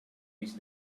mis